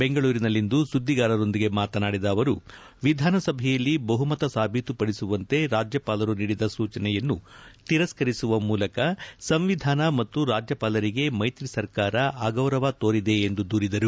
ಬೆಂಗಳೂರಿನಲ್ಲಿಂದು ಸುದ್ದಿಗಾರರೊಂದಿಗೆ ಮಾತನಾಡಿದ ಅವರು ವಿಧಾನಸಭೆಯಲ್ಲಿ ಬಹುಮತ ಸಾಬೀತುಪಡಿಸುವಂತೆ ರಾಜ್ಯಪಾಲರು ನೀಡಿದ ಸೂಚನೆಯನ್ನು ತಿರಸ್ಕರಿಸುವ ಮೂಲಕ ಸಂವಿಧಾನ ಮತ್ತು ರಾಜ್ಯಪಾಲರಿಗೆ ಮೈತ್ರಿ ಸರ್ಕಾರ ಅಗೌರವ ತೋರಿದೆ ಎಂದು ದೂರಿದರು